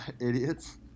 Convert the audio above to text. idiots